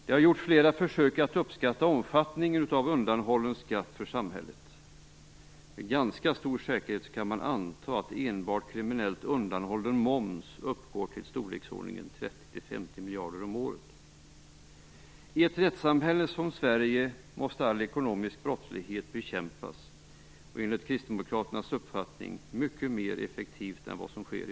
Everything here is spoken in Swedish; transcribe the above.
Det har gjorts flera försök att uppskatta omfattningen av undanhållen skatt för samhället. Med ganska stor säkerhet kan man anta att enbart kriminellt undanhållen moms uppgår till i storleksordningen 30 50 miljarder kronor om året. I ett rättssamhälle som Sverige måste all ekonomisk brottslighet bekämpas. Enligt Kristdemokraternas uppfattning måste det ske mycket effektivare än som i dag sker.